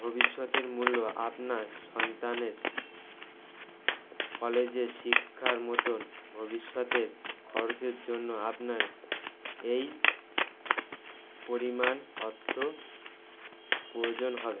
ভবিষ্যতের মূল্য আপনার সন্তানের কলেজে শিক্ষার মতন ভবিষ্যতের খরচের জন্য আপনার এই পরিমাণ অর্থ প্রয়োজন হবে